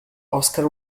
oscar